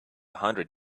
hundred